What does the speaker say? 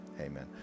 amen